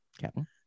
captain